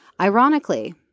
Ironically